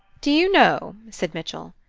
do you know, said mitchell,